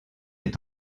est